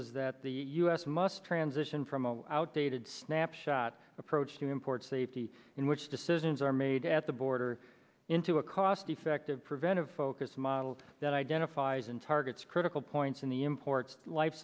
s that the u s must transition from outdated snapshot approach to import safety in which decisions are made at the border into a cost effective preventive focus models that identifies an targets critical points in the imports